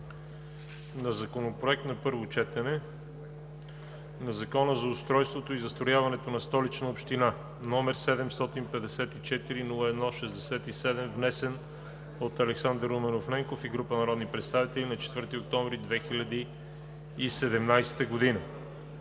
на законопроект на първо четене на Закона за устройството и застрояването на Столичната община, № 754-01-67, внесен от Александър Румен Ненков и група народни представители, на 4 октомври 2017 г.